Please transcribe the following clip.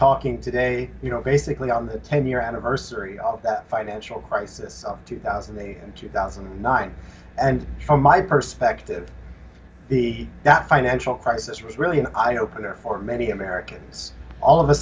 talking today you know basically on the ten year anniversary of that financial crisis of two thousand and two thousand and nine and from my perspective the that financial crisis was really an eye opener for many americans all of a